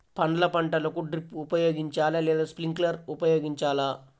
పండ్ల పంటలకు డ్రిప్ ఉపయోగించాలా లేదా స్ప్రింక్లర్ ఉపయోగించాలా?